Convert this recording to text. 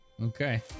Okay